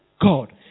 God